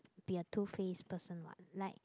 be a two face person what like